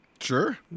Sure